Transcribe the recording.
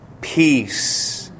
Peace